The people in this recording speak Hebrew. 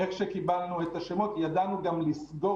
איך שקיבלנו את השמות ידענו גם לסגור